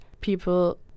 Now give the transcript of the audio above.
people